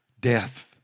Death